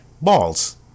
Balls